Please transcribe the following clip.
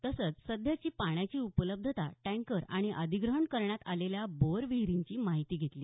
तसंच सध्याची पाण्याची उपलब्धता टँकर आणि अधिग्रहण करण्यात आलेल्या बोअर विहिरींची माहिती घेतली